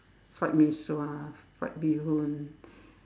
fried mee-sua fried bee-hoon